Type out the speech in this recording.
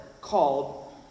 called